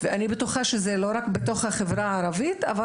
אני בטוחה שלא רק רופאים בחברה הערבית ממתינים.